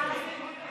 את